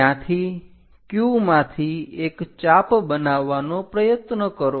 ત્યાંથી Q માંથી એક ચાપ બનાવવાનો પ્રયત્ન કરો